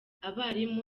abarimu